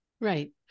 Right